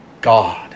God